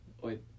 Wait